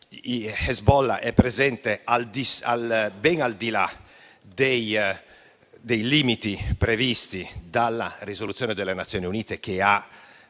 Hezbollah è presente ben al di là dei limiti previsti dalla risoluzione delle Nazioni Unite, che negli